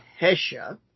Hesha